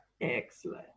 excellent